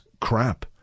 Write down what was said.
crap